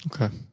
Okay